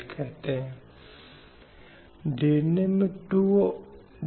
अब उन लिंग आधारित हिंसा में निम्नलिखित में से कोई भी नुकसान शामिल होगा